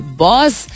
boss